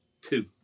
Two